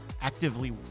actively